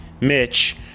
Mitch